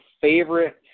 favorite